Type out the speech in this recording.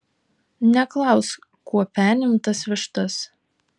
neklausk kuo penim tas vištas